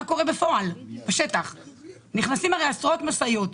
נכנסות עשרות משאיות,